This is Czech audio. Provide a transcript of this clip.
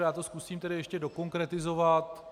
Já to zkusím tedy ještě dokonkretizovat.